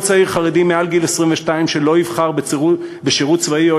כל צעיר חרדי מעל גיל 22 שלא יבחר בשירות צבאי או